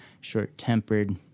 short-tempered